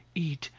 eat,